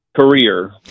career